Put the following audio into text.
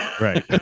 Right